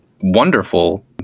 wonderful